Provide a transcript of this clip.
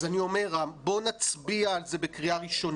אז אני אומר, רם, בוא נצביע על זה בקריאה ראשונה,